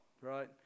Right